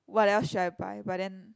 what else should I buy but then